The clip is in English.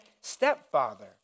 stepfather